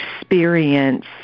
experience